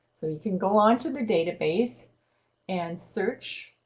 so you can go on to the database and search.